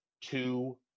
two